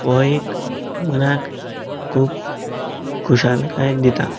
हो एक मनांक खूब खुशालकाय दिता